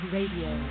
Radio